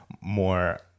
more